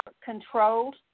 controlled